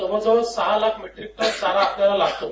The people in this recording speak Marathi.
जवळ जवळ सहा लाख मेट्रिक टन चारा आपल्याला लागतो